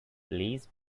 please